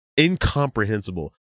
incomprehensible